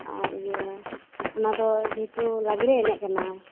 ᱟᱨ ᱤᱭᱟᱹ ᱚᱱᱟᱫᱚ ᱡᱮᱦᱮᱛᱩ ᱞᱟᱜᱽᱲᱮ ᱮᱱᱮᱡ ᱠᱟᱱᱟ